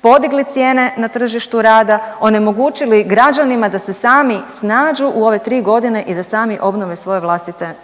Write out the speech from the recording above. podigli cijene na tržištu rada, onemogućili građanima da se sami snađu u ove 3 godine i da sami obnove svoje vlastite